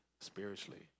spiritually